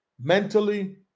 mentally